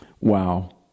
Wow